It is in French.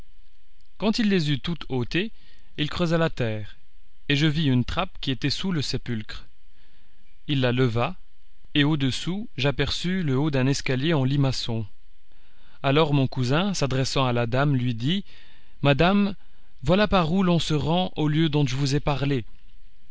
quand il les eut toutes ôtées il creusa la terre et je vis une trappe qui était sous le sépulcre il la leva et au-dessous j'aperçus le haut d'un escalier en limaçon alors mon cousin s'adressant à la dame lui dit madame voilà par où l'on se rend au lieu dont je vous ai parlé